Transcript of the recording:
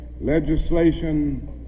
legislation